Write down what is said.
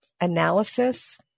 analysis